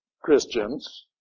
Christians